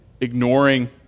ignoring